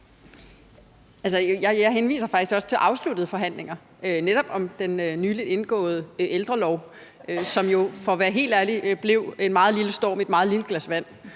Jeg henviser faktisk også til afsluttede forhandlinger, netop om den nylig indgåede ældrelov, som jo for at være helt ærlig blev en meget lille storm i et meget lille glas vand